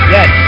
Yes